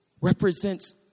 represents